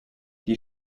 die